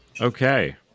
okay